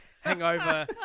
hangover